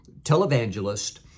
televangelist